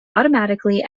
automatically